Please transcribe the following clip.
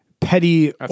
petty